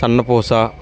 సన్న పూస